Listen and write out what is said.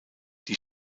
die